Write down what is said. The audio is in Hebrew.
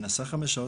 היא נסעה חמש שעות.